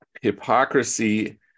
Hypocrisy